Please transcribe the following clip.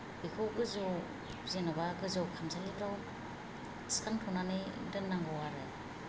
बेखौ गोजौआव जेनेबा गोजौ खामसालिफोराव थिखांथ'नानै दोन्नांगौ आरो